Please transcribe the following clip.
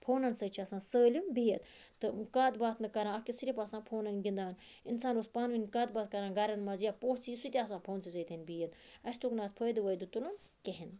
پھونَن سۭتۍ چھِ آسان سٲلِم بِہِتھ تہٕ کتھ باتھ نہٕ کَران اکھ أکِس صرف آسان پھونَن گِنٛدان اِنسان اوس پانیں وٕنۍ کتھ باتھ کَران گَرَن مَنٛز یا پوٚژھ ییہِ سُہ تہِ آسان پھونسے سۭتۍ بِہِتھ اَسہِ توٚگ نہٕ اتھ فٲیدٕ وٲیدٕ تُلُن کِہِنۍ